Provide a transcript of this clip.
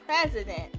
president